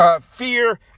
Fear